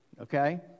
Okay